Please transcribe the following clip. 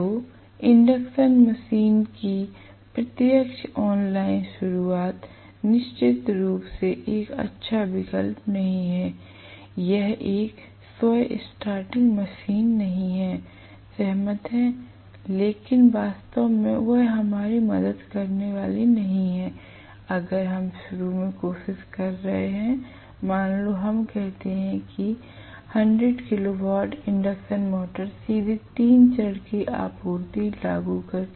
तो induction motor की प्रत्यक्ष ऑनलाइन शुरुआत निश्चित रूप से एक अच्छा विकल्प नहीं है यह एक स्व स्टार्टिंग मशीन है सहमत है लेकिन वास्तव में वह हमारी मदद करने वाली नहीं है अगर हम शुरू करने की कोशिश कर रहे हैं मान लोहम कहते हैं कि 100 किलो वाट इंडक्शन मोटर सीधे 3 चरण की आपूर्ति लागू करके